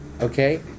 okay